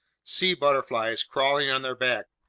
sea butterflies crawling on their backs,